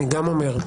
אני גם אומר,